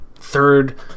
third